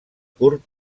curt